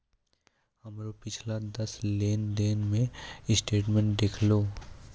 हमरो पिछला दस लेन देन के स्टेटमेंट देहखो